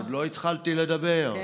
עוד לא התחלתי לדבר.